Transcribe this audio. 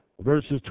verses